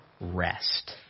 rest